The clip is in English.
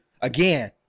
Again